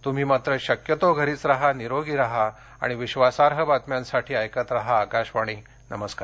तुम्ही मात्र शक्यतो घरीच राहा निरोगी राहा आणि विश्वासार्ह बातम्यांसाठी ऐकत राहा आकाशवाणी नमस्कार